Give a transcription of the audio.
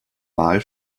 mal